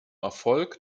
erfolg